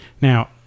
now